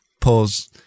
pause